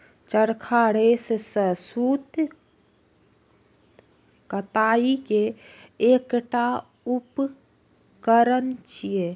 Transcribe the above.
चरखा रेशा सं सूत कताइ के एकटा उपकरण छियै